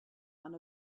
one